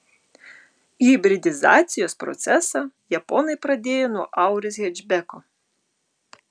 hibridizacijos procesą japonai pradėjo nuo auris hečbeko